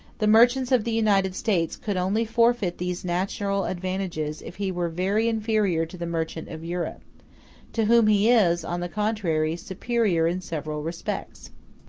the merchants of the united states could only forfeit these natural advantages if he were very inferior to the merchant of europe to whom he is, on the contrary, superior in several respects.